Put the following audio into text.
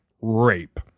rape